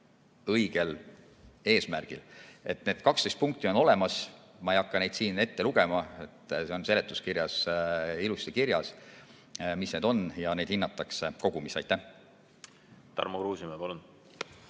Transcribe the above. mitteõigel eesmärgil. Need 12 punkti on olemas, ma ei hakka neid siin ette lugema. See on seletuskirjas ilusti kirjas, mis need on, ja neid hinnatakse kogumis. Tarmo Kruusimäe, palun!